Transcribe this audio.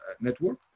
network